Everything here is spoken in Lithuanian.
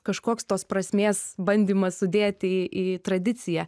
kažkoks tos prasmės bandymas sudėti į į tradiciją